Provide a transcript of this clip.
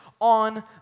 on